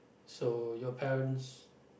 so your parents